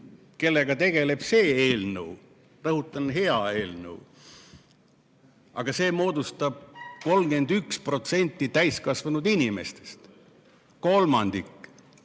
kellega tegeleb see eelnõu – rõhutan, hea eelnõu –, vaid see moodustab 31% täiskasvanud inimestest. Kolmandik!